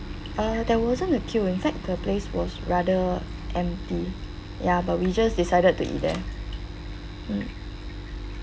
uh there wasn't a queue in fact the place was rather empty ya but we just decided to eat there mm